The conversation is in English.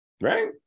Right